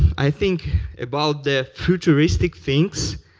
i think about the futuristic things,